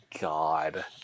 god